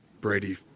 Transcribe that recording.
Brady